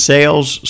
Sales